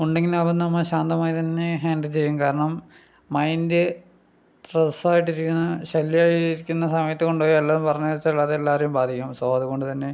ഉണ്ടെങ്കിലും അവ നമ്മൾ ശാന്തമായി തന്നെ ഹാൻഡിൽ ചെയ്യും കാരണം മൈൻഡ് സ്ട്രെസ്സായിട്ടിരിക്കുന്ന ശല്യമായി ഇരിക്കുന്ന സമയത്തു കൊണ്ടുപോയി വല്ലതും പറഞ്ഞാച്ചാൽ അത് എല്ലാവരെയും ബാധിക്കും സോ അതുകൊണ്ട് തന്നെ